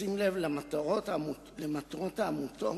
בשים לב למטרות העמותות